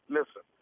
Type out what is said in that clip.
Listen